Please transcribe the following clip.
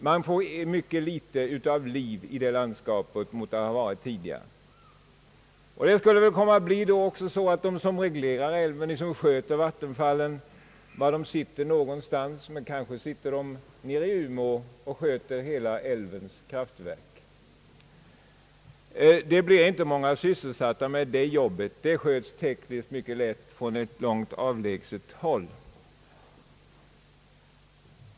Man får mycket mindre liv i det landskapet än tidigare. De som reglerar älven och sköter vattenfallen sitter kanske i Umeå. Det blir inte många utefter Vindelälven som sysselsätts med det arbetet, eftersom det tekniskt sköts mycket lätt från långt håll.